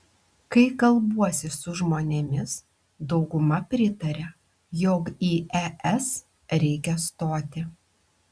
kai kalbuosi su žmonėmis dauguma pritaria jog į es reikia stoti